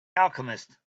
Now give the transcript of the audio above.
alchemist